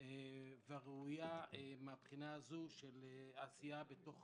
והראויה של עשייה בתוך